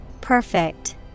Perfect